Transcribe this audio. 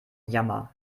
jammer